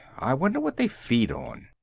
i wonder what they feed on?